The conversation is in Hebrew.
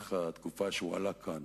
בערך התקופה שהוא עלה לכאן.